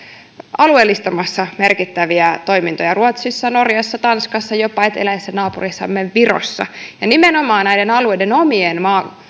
alueellistamassa merkittäviä toimintoja ruotsissa norjassa tanskassa ja jopa eteläisessä naapurissamme virossa nimenomaan näiden alueiden omien